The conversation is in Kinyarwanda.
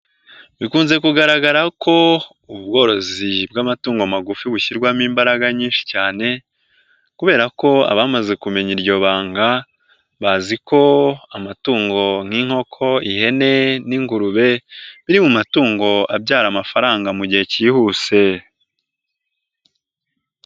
Bikunze kugaragara ko ubworozi bw'amatungo magufi bushyirwamo imbaraga nyinshi cyane kubera ko abamaze kumenya iryo banga bazi ko amatungo nk'inkoko, ihene n'ingurube biri mu matungo abyara amafaranga mu gihe kihuse.